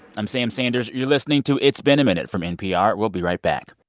i'm sam sanders. you're listening to it's been a minute from npr. we'll be right back